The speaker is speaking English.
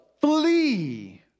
flee